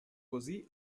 così